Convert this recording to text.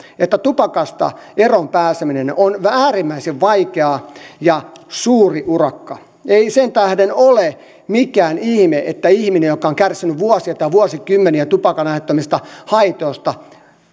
että tupakasta eroon pääseminen on äärimmäisen vaikeaa ja suuri urakka ei sen tähden ole mikään ihme että ihminen joka on kärsinyt vuosia tai vuosikymmeniä tupakan aiheuttamista haitoista